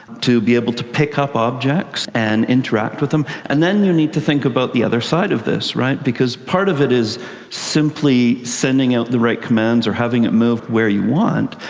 to be able to pick up objects and interact with them. and then you need to think about the other side of this, right, because part of it is simply sending out the right commands or having it move where you want.